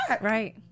right